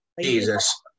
Jesus